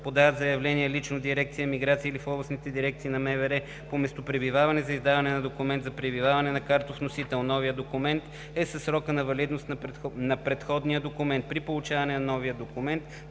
подават заявление лично в дирекция „Миграция“ или в областните дирекции на МВР по местопребиваване за издаване на документ за пребиваване на картов носител. Новият документ е със срока на валидност на предходния документ. При получаване на новия документ,